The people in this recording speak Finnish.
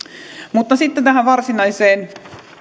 mutta sitten tähän varsinaiseen